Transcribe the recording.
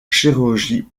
chirurgie